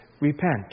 repent